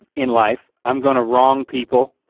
ah in life, i'm gonna wrong people.